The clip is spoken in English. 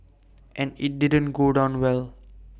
and IT didn't go down well